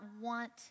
want